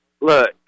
Look